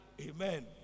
Amen